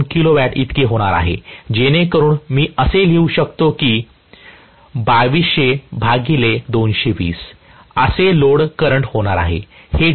2 kilowatt इतके होणार आहे जेणेकरून मी असे लिहून लिहू शकतो 2200220 असे लोड करंट होणार आहे